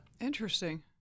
Interesting